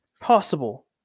possible